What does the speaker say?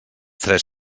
tres